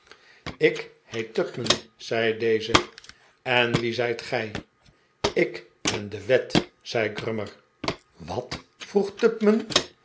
ik heet tupman zei deze en wie zijt gij ik ben de wetl zei grummer wat vroeg